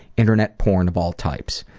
internet porn of all types.